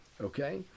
okay